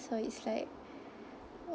so it's like oh